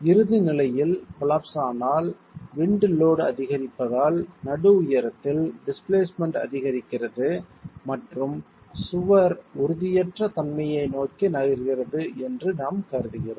இறுதி நிலையில் கோலாப்ஸ் ஆனால் விண்ட் லோட் அதிகரிப்பதால் நடு உயரத்தில் டிஸ்பிளேஸ்மென்ட் அதிகரிக்கிறது மற்றும் சுவர் உறுதியற்ற தன்மையை நோக்கி நகர்கிறது என்று நாம் கருதுகிறோம்